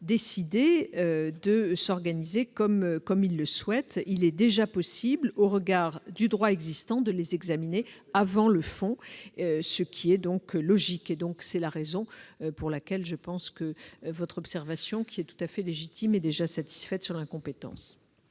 décider de s'organiser comme il le souhaite. Il est déjà possible, au regard du droit existant, de les examiner avant le fond, ce qui est logique. C'est la raison pour laquelle je pense que votre observation, qui est tout à fait légitime, est déjà satisfaite en ce qui concerne